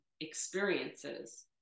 experiences